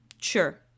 sure